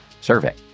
survey